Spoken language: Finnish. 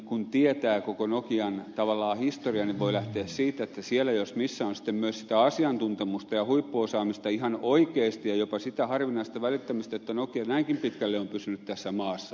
kun tietää koko nokian tavallaan historian niin voi lähteä siitä että siellä jos missä on sitten myös sitä asiantuntemusta ja huippuosaamista ihan oikeasti ja jopa sitä harvinaista välittämistä että nokia näinkin pitkälle on pysynyt tässä maassa